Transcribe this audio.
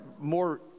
more